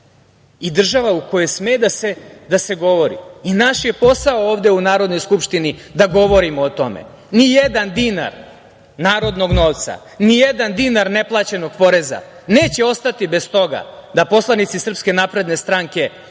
i država u kojoj sme da se govori. Naš je posao ovde u Narodnoj skupštini da govorimo o tome. Nijedan dinar narodnog novca, nijedan dinar neplaćenog poreza neće ostati bez toga da poslanici Srpske napredne stranke